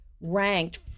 ranked